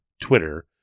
Twitter